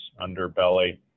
underbelly